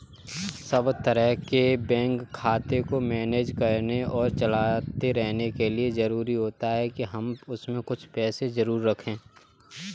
सब तरह के बैंक खाते को मैनेज करने और चलाते रहने के लिए जरुरी होता है के हम उसमें कुछ पैसे जरूर रखे